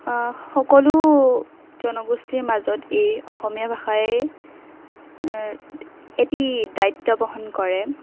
সকলো জনগোষ্ঠীৰ মাজত এই অসমীয়া ভাষাই এটি দায়িত্ৱ বহন কৰে